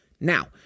Now